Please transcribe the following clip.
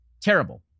terrible